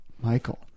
Michael